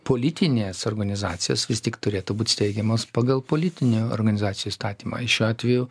politinės organizacijos vis tik turėtų būt steigiamos pagal politinių organizacijų įstatymą šiuo atveju